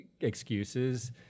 excuses